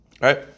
right